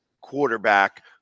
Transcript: quarterback